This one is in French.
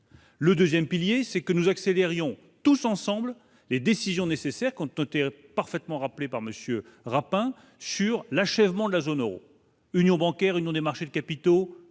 le 2ème pilier, c'est que nous accélérions tous ensembles, les décisions nécessaires quant tout est parfaitement rappelés par monsieur Rapin sur l'achèvement de la zone Euro, union bancaire union des marchés de capitaux,